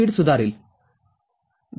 धन्यवाद